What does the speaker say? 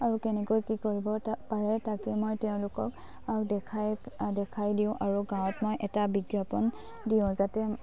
আৰু কেনেকৈ কি কৰিব পাৰে তাকে মই তেওঁলোকক দেখাই দেখাই দিওঁ আৰু গাঁৱত মই এটা বিজ্ঞাপন দিওঁ যাতে